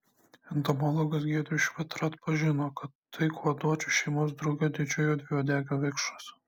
entomologas giedrius švitra atpažino kad tai kuoduočių šeimos drugio didžiojo dviuodegio vikšras